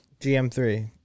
GM3